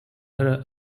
her